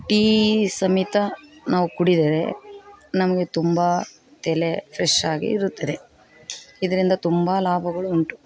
tea ಸಮೇತ ನಾವು ಕುಡಿದರೇ ನಮಗೆ ತುಂಬ ತಲೆ ಫ್ರೆಶ್ ಆಗಿ ಇರುತ್ತದೆ ಇದ್ರಿಂದ ತುಂಬ ಲಾಭಗಳು ಉಂಟು